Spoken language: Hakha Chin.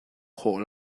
khawh